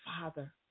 Father